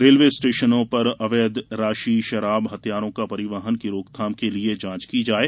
railway स्टेशनों पर अवैध राशि शराब हथियारों का परिवहन की रोकथाम के लिये जाँच की जाये